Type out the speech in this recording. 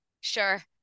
Sure